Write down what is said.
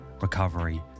recovery